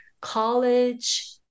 college